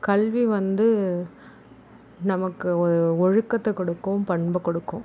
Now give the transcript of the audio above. கல்வி வந்து நமக்கு ஒழுக்கத்தை கொடுக்கும் பண்பை கொடுக்கும்